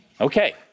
Okay